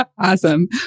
Awesome